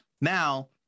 now